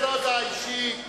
זו לא הודעה אישית.